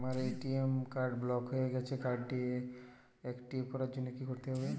আমার ATM card block হয়ে গেছে কার্ড টি একটিভ করার জন্যে কি করতে হবে?